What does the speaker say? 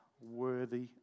worthy